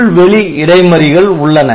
உள் வெளி இடைமறிகள் உள்ளன